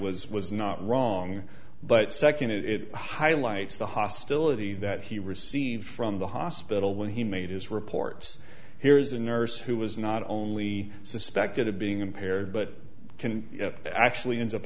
was was not wrong but second it highlights the hostility that he received from the hospital when he made his reports here's a nurse who was not only suspected of being impaired but can actually ends up